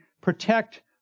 protect